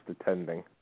attending